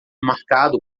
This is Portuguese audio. marcado